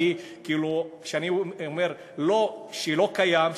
וכשאני לא אומר שלא קיים,